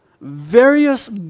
various